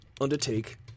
undertake